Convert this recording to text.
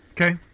Okay